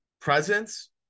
presence